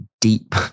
deep